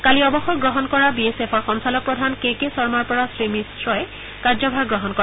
কালি অৱসৰ গ্ৰহণ কৰা বি এছ এফৰ সঞ্চালকপ্ৰধান কে কে শৰ্মৰ পৰা শ্ৰীমিশ্ৰই কাৰ্যভাৰ গ্ৰহণ কৰে